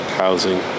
housing